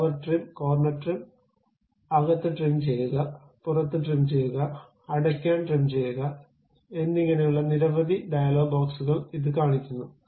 power trim corner trim അകത്ത് trim ചെയ്യുക പുറത്ത് ട്രിം ചെയ്യുക അടയ്ക്കാൻ ട്രിം ചെയ്യുക എന്നിങ്ങനെയുള്ള നിരവധി ഡയലോഗ് ബോക്സുകൾ ഇത് കാണിക്കുന്നു